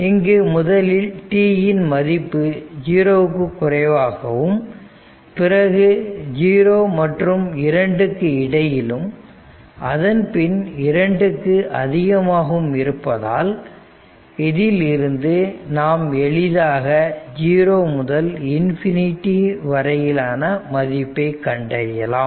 இங்கு முதலில் t இன் மதிப்பு 0 க்கு குறைவாகவும் பிறகு 0 மற்றும் 2 க்கு இடையிலும் அதன் பின் 2 க்கு அதிகமாகவும் இருப்பதால் இதில் இருந்து நாம் எளிதாக ஜீரோ முதல் இன்பினிட்டி வரையிலான மதிப்பை கண்டறியலாம்